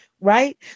Right